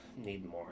Needmore